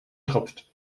tropft